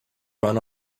run